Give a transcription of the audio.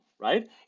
Right